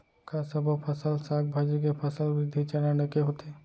का सबो फसल, साग भाजी के फसल वृद्धि चरण ऐके होथे?